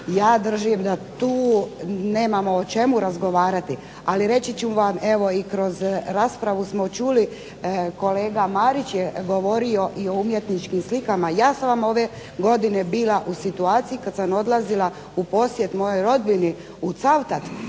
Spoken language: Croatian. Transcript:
Ja držim da tu nemamo o čemu razgovarati. Ali reći ću vam evo i kroz raspravu smo čuli, kolega Marić je govorio i o umjetničkim slikama. Ja sam ove godine bila u situaciji kada sam odlazila u posjet mojoj rodbini u Cavtat